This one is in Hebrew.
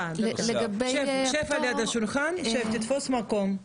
שב על יד השולחן, תפוס מקום.